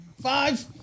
five